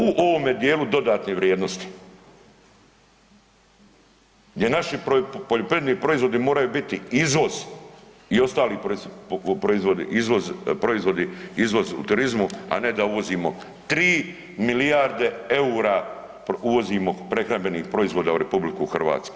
U ovome dijelu dodatne vrijednosti gdje naši poljoprivredni proizvodi moraju biti izvoz i ostali proizvodi, izvoz u turizmu, a ne da uvozimo 3 milijarde eura uvozimo prehrambenih proizvoda u RH.